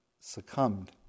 succumbed